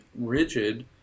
rigid